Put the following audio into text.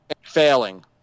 failing